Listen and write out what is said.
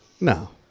no